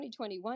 2021